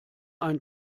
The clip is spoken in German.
ein